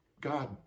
God